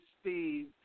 Steve